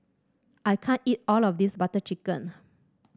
I can't eat all of this Butter Chicken